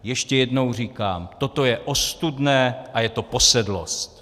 Ještě jednou říkám, toto je ostudné a je to posedlost.